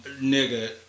nigga